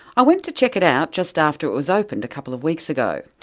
i went to check it out just after it was opened, a couple of weeks ago,